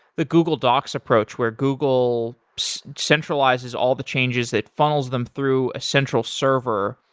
the google doc's approach, where google centralizes all the changes that funnels them through a central server,